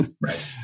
Right